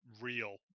real